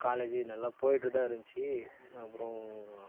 college நல்லா போய்ட்டுதான் இருந்துச்சு அப்புறம்